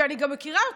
אני גם מכירה אותך,